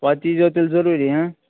پتہِ ییٖزیٚو تیٚلہِ ضروٗری ہٕنٛہ